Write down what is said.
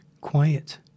quiet